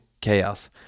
chaos